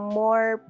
more